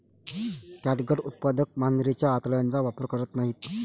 catgut उत्पादक मांजरीच्या आतड्यांचा वापर करत नाहीत